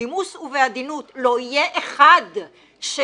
בנימוס ובעדינות, לא יהיה אחד שיגיד